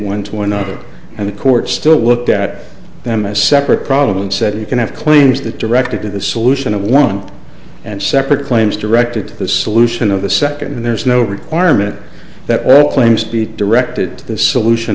one to another and the court still looked at them as a separate problem and said you can have claims that directed to the solution of one and separate claims directed to the solution of the second and there's no requirement that all claims be directed to the solution